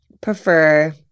prefer